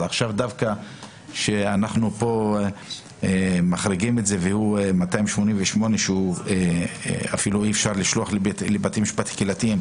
אז דווקא עכשיו לפי 288 אפילו אי אפשר לשלוח לבית משפט קהילתי.